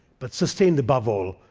but sustained, above all,